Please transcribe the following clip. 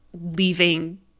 leaving